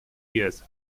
years